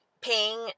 ping